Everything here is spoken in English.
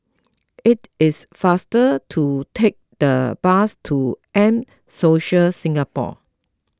it is faster to take the bus to M Social Singapore